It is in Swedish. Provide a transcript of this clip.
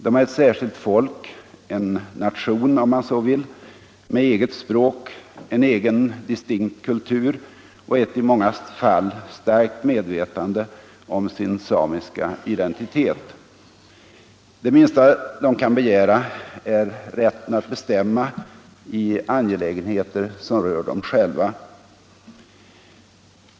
De är ett särskilt folk, en nation om man så vill, med eget språk, en egen distinkt kultur och ett i många fall starkt medvetande om sin samiska identitet. Det minsta de kan begära är rätten att bestämma i angelägenheter som rör dem själva.